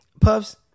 puffs